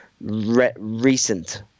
recent